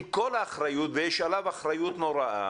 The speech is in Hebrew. עם כל האחריות ויש עליו אחריות נוראה